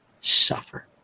suffer